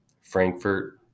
Frankfurt